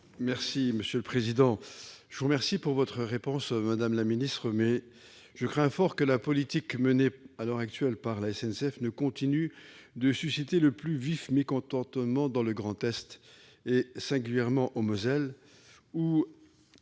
Mizzon, pour la réplique. Je vous remercie de votre réponse, madame la secrétaire d'État, mais je crains fort que la politique menée à l'heure actuelle par la SNCF ne continue à susciter le plus vif mécontentement dans le Grand Est, singulièrement en Moselle, où